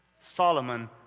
Solomon